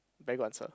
very good answer